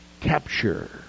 capture